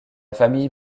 famille